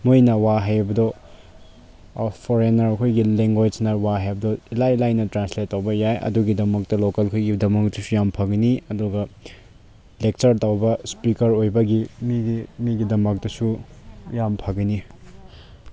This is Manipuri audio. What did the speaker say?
ꯃꯣꯏꯅ ꯋꯥ ꯍꯥꯏꯕꯗꯣ ꯐꯣꯔꯦꯟꯅꯔ ꯈꯣꯏꯒꯤ ꯂꯦꯡꯒ꯭ꯋꯣꯏꯁꯅ ꯋꯥ ꯍꯥꯏꯕꯗꯣ ꯏꯂꯥꯏ ꯂꯥꯏꯅ ꯇ꯭ꯔꯥꯟꯁꯂꯦꯠ ꯇꯧꯕ ꯌꯥꯏ ꯑꯗꯨꯈꯣꯏꯒꯤꯗꯃꯛꯇ ꯂꯣꯀꯦꯜꯈꯣꯏꯒꯤꯗꯃꯛꯇꯁꯨ ꯌꯥꯝ ꯐꯒꯅꯤ ꯑꯗꯨꯒ ꯂꯦꯛꯆꯔ ꯇꯧꯕ ꯏꯁꯄꯤꯀꯔ ꯑꯣꯏꯕꯒꯤ ꯃꯤꯒꯤꯗꯃꯛꯇꯁꯨ ꯌꯥꯝ ꯐꯒꯅꯤ